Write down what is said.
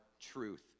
truth